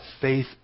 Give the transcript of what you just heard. faith